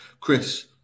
Chris